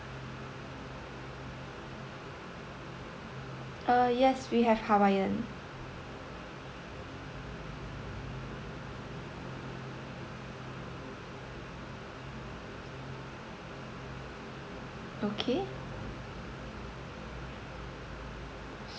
uh yes we have hawaiian okay